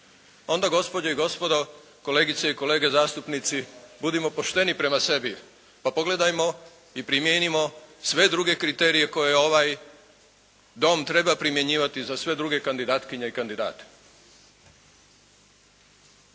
onda gospođe i gospodo, kolegice i kolege zastupnici budimo pošteni prema sebi pa pogledajmo i primijenimo sve druge kriterije koje ovaj dom treba primjenjivati za sve druge kandidatkinje i kandidate.